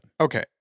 Okay